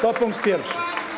To punkt pierwszy.